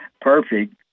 perfect